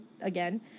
again